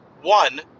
One